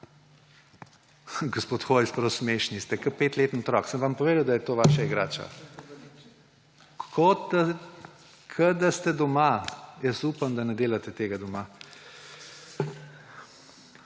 Gospod Hojs, prav smešni ste. Kot petletni otrok. Sem vam povedal, da je to vaša igrača. Kot da ste doma. Jaz upam, da ne delate tega doma.